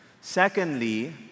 Secondly